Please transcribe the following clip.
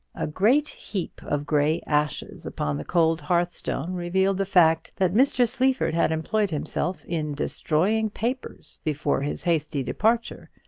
a great heap of grey ashes upon the cold hearthstone revealed the fact that mr. sleaford had employed himself in destroying papers before his hasty departure.